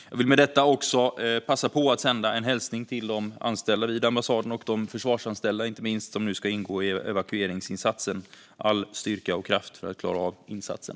Jag vill med detta passa på att sända en hälsning till de anställda vid ambassaden och inte minst till de försvarsanställda som nu ska ingå i evakueringsinsatsen om all styrka och kraft för att klara av insatsen.